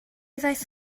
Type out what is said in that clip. ddaeth